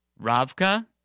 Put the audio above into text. Ravka